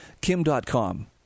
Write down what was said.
Kim.com